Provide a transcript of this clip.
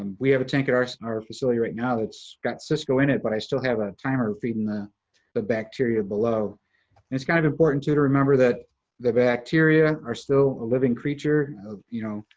um we have a tank at our our facility right now that's got cisco in it, but i still have a timer feeding the the bacteria below. and it's kind of important, too, to remember that the bacteria are still a living creature, you know.